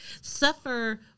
suffer